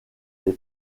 les